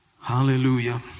Hallelujah